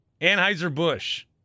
Anheuser-Busch